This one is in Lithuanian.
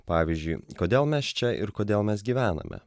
pavyzdžiui kodėl mes čia ir kodėl mes gyvename